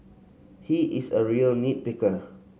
he is a real nit picker